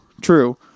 True